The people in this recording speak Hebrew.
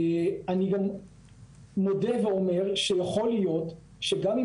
אני גם מודה ואומר שיכול להיות שגם אם